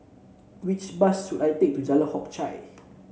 which bus should I take to Jalan Hock Chye